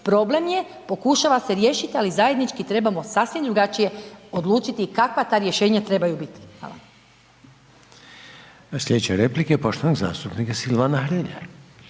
problem je pokušava se riješiti, ali zajednički trebamo sasvim drugačije odlučiti kakva ta rješenja trebaju biti. Hvala. **Reiner, Željko (HDZ)** Sljedeća replika je poštovanog zastupnika Silvana Hrelja.